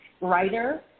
writer